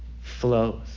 flows